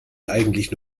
eigentlich